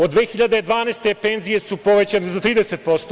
Od 2012. godine penzije su povećane za 30%